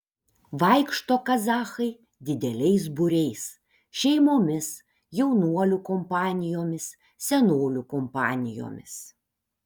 vaikšto kazachai dideliais būriais šeimomis jaunuolių kompanijomis senolių kompanijomis